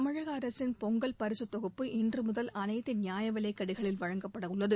தமிழக அரசின் பொங்கல் பரிசுத் தொகுப்பு இன்று முதல் அனைத்து நியாயவிலைக் கடைகளில் வழங்கப்பட உள்ளது